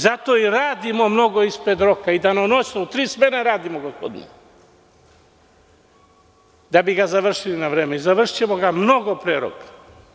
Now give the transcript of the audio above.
Zato i radimo mnogo ispred roka i danonoćno, u tri smene radimo, da bi ga završili na vreme i završićemo ga mnogo pre roka.